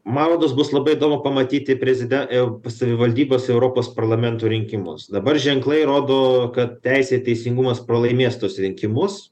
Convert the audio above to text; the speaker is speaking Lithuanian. man rodos bus labai įdomu pamatyti preziden eu pas savivaldybės į europos parlamento rinkimus dabar ženklai rodo kad teisė ir teisingumas pralaimės tuos rinkimus